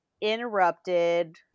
interrupted